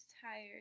tired